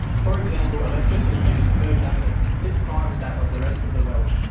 for example electricity use per capita six times that of the rest of the world.